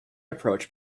approach